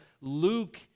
Luke